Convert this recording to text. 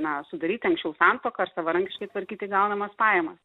na sudaryti anksčiau santuoką ar savarankiškai tvarkyti gaunamas pajamas